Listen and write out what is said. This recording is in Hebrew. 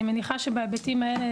אני מניחה שבהיבטים האלה,